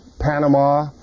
Panama